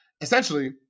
essentially